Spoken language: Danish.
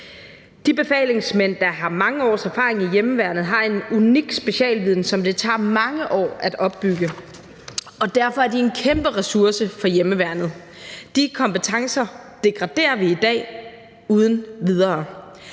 De befalingsmænd, der har mange års erfaring i hjemmeværnet, har en unik specialviden, som det tager mange år at opbygge. Derfor er de en kæmpe ressource for hjemmeværnet. Dem med de kompetencer degraderer vi i dag uden videre.